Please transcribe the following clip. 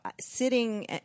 sitting